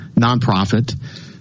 nonprofit